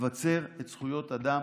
נבצר את זכויות האדם